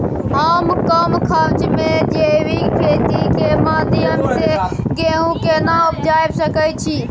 हम कम खर्च में जैविक खेती के माध्यम से गेहूं केना उपजा सकेत छी?